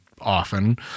often